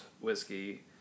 whiskey